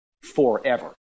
forever